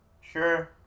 Sure